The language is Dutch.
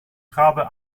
schade